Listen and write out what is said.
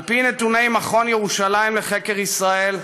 על פי נתוני מכון ירושלים לחקר ישראל,